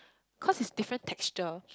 cause it's different texture